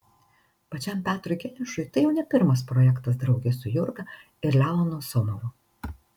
pačiam petrui geniušui tai jau ne pirmas projektas drauge su jurga ir leonu somovu